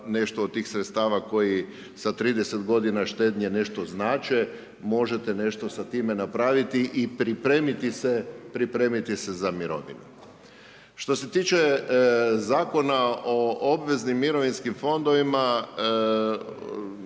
nešto od tih sredstava koji sa 30 godina štednje nešto znače, možete nešto sa time napraviti i pripremiti se za mirovinu. Što se tiče Zakona o obveznim mirovinskim fondovima,